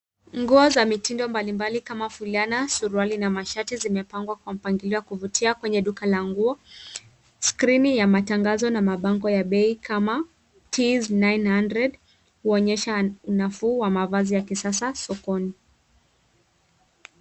Nguo za mitindo mbalimbali kama fulana, suruali na mashati zimepangwa kwa mpangilio wa kuvutia kwenye duka la nguo. skroni ya matangazo na mabango ya bei kama Tz 900 kuonyesha bei nafuu kwa mavazi ya kisasa sokoni.